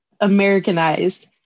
Americanized